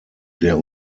der